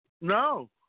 No